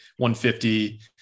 150